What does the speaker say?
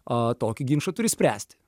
a tokį ginčą turi spręsti